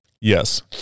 Yes